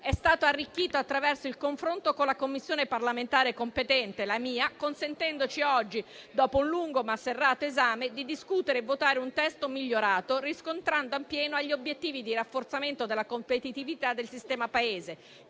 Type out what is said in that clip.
è stato arricchito attraverso il confronto con la Commissione parlamentare competente - quella della quale sono membro - consentendoci oggi, dopo un lungo, ma serrato esame, di discutere e votare un testo migliorato, riscontrando appieno gli obiettivi di rafforzamento della competitività del sistema Paese